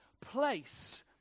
place